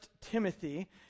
Timothy